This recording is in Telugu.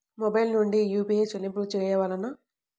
మొబైల్ నుండే యూ.పీ.ఐ చెల్లింపులు చేయవలెనా?